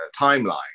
timeline